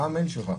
מה המייל שלך?